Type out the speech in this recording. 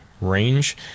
range